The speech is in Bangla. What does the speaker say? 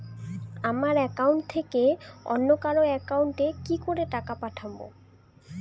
আমার একাউন্ট থেকে অন্য কারো একাউন্ট এ কি করে টাকা পাঠাবো?